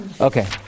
Okay